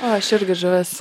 aš irgi žuvis